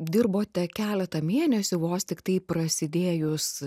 dirbote keletą mėnesių vos tiktai prasidėjus